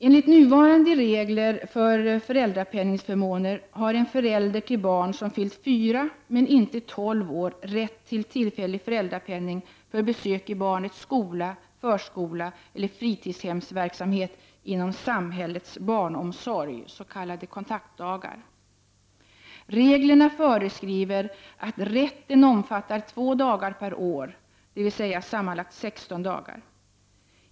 Enligt nuvarande regler för föräldrapenningsförmåner har en förälder till barn som fyllt fyra men inte tolv år rätt till tillfällig föräldrapenning för besök i barnets skola, förskola eller fritidshemsverksamhet inom samhällets barnomsorg — s.k. kontaktdagar. Reglerna föreskriver att rätten omfattar två dagar per år, dvs. sammanlagt 16 dagar.